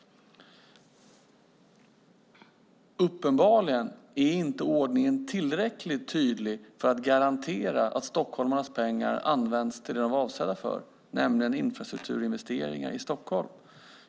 Uppenbarligen är ordningen inte tillräckligt tydligt för att garantera att stockholmarnas pengar används till det som de var avsedda för, nämligen infrastrukturinvesteringar i Stockholm.